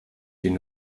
den